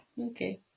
Okay